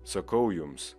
sakau jums